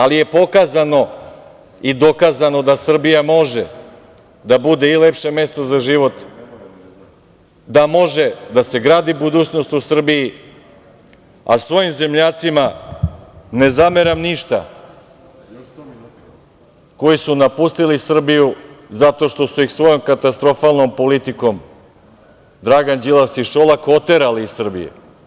Ali, pokazano je i dokazano da Srbija može da bude i lepše mesto za život, da može da se gradi budućnost u Srbiji, a svojim zemljacima ne zameram ništa, koji su napustili Srbiju, zato što su ih svojom katastrofalnom politikom Dragan Đilas i Šolak oterali iz Srbije.